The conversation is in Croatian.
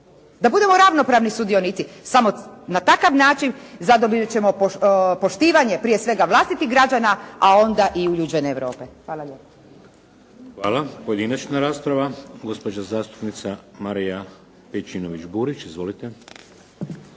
da budemo ravnopravni sudionici. Samo na takav način zadobit ćemo poštivanje prije svega vlastitih građana, a onda i uljuđene Europe. Hvala lijepa. **Šeks, Vladimir (HDZ)** Hvala. Pojedinačna rasprava. Gospođa zastupnica Marija Pejčinović Burić. Izvolite.